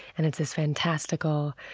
and it's this fantastical,